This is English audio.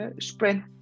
sprint